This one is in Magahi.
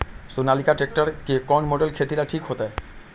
सोनालिका ट्रेक्टर के कौन मॉडल खेती ला ठीक होतै?